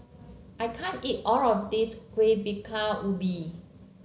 I can't eat all of this Kuih Bingka Ubi